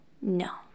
no